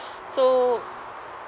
so